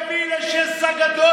להסיר את זה,